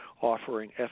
offering